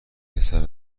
پسر